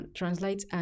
translate